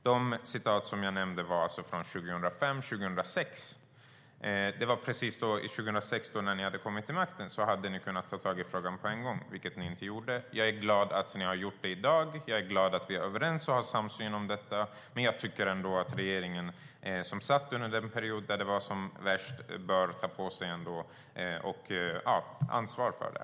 De uttalanden jag tog upp var från 2005-2006. År 2006, när ni kom till makten, hade ni kunnat ta tag i frågan på en gång, vilket ni inte gjorde. Jag är glad att ni har gjort det i dag, och jag är glad att vi är överens och har en samsyn. Men den regering som satt vid makten under den period när det var som värst bör ta på sig ansvaret.